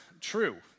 true